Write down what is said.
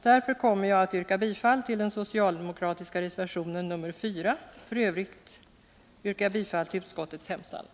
Därför kommer jag att rösta för bifall för den socialdemokratiska reservationen nr 4. I övrigt yrkar jag bifall till utskottets hemställan.